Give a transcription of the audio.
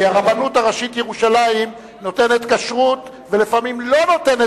כי הרבנות הראשית ירושלים נותנת כשרות ולפעמים לא נותנת